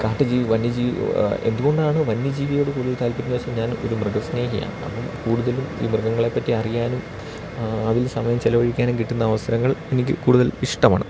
കാട്ട്ജീവി വന്യജീവി എന്തുകൊണ്ടാണ് വന്യജീവിയോട് കൂടുതൽ താല്പര്യം എന്ന് വെച്ചാൽ ഞാൻ ഒരു മൃഗ സ്നേഹിയാണ് അപ്പം കൂടുതലും ഈ മൃഗങ്ങളെ പറ്റി അറിയാനും അതിൽ സമയം ചിലവഴിക്കാനും കിട്ടുന്ന അവസരങ്ങൾ എനിക്ക് കൂടുതൽ ഇഷ്ടമാണ്